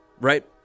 right